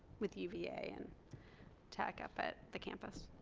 with uva and tech up at the campus.